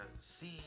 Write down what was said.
see